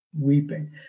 weeping